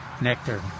nectar